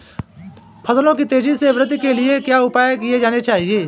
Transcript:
फसलों की तेज़ी से वृद्धि के लिए क्या उपाय किए जाने चाहिए?